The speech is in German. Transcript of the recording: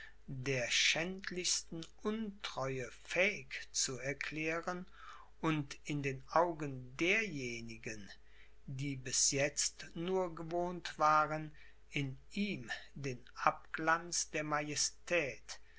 der schändlichsten untreue fähig zu erklären und in den augen derjenigen die bis jetzt nur gewohnt waren in ihm den abglanz der